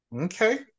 Okay